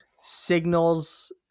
signals